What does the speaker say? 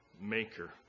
Maker